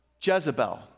Jezebel